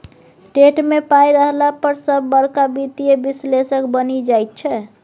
TET मे पाय रहला पर सभ बड़का वित्तीय विश्लेषक बनि जाइत छै